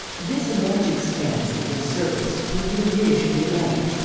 this large expanse that would surface would be the ridge of the atlantic.